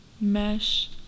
mesh